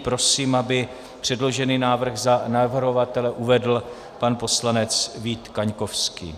Prosím, aby předložený návrh za navrhovatele uvedl pan poslanec Vít Kaňkovský.